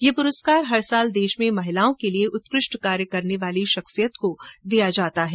ये पुरस्कार प्रतिवर्ष देश में महिलाओं के लिये उत्कृष्ट कार्य करने वाली शॅख्सियत को दिया जाता है